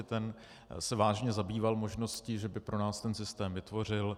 Ten se vážně zabýval možností, že by pro nás ten systém vytvořil.